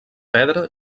pedra